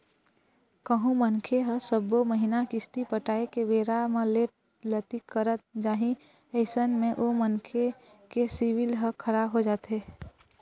कहूँ मनखे ह सब्बो महिना किस्ती पटाय के बेरा ल लेट लतीफ करत जाही अइसन म ओ मनखे के सिविल ह खराब हो जाथे